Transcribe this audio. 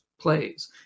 plays